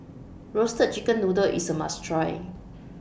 Roasted Chicken Noodle IS A must Try